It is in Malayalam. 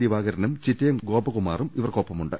ദിവാകരനും ചിറ്റയം ഗോപകുമാറും ഇവർക്കൊപ്പമുണ്ട്